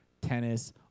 tennis